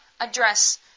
address